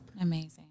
Amazing